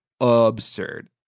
absurd